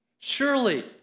Surely